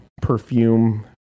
perfume